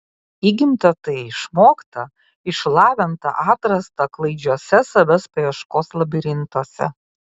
įgimta tai išmokta išlavinta atrasta klaidžiuose savęs paieškos labirintuose